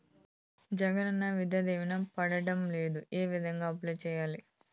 జగనన్న విద్యా దీవెన పడడం లేదు ఏ విధంగా అప్లై సేయాలి